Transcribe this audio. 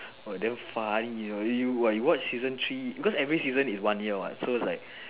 oh damn funny you know you watch season three cause every season is one year what so is like